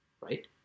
right